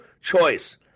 Choice